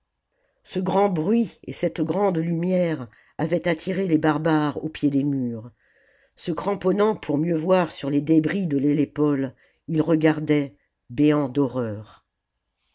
ce grand bruit et cette grande lumière avaient attiré les barbares au pied des murs se cramponnant pour mieux voir sur les débris de l'hélépole ils regardaient béants d'horreur